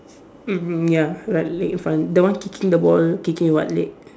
mm ya like leg in front the one kicking the ball kicking with what leg